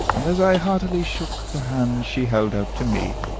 and as i heartily shook the hand she held out to me,